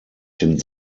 den